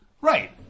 Right